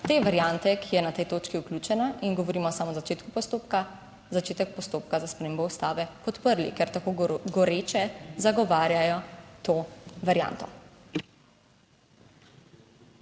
te variante, ki je na tej točki vključena in govorimo samo o začetku postopka, začetek postopka za spremembo Ustave. podprli, ker tako goreče zagovarjajo to varianto.